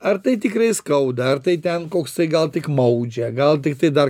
ar tai tikrai skauda ar tai ten koksai gal tik maudžia gal tiktai dar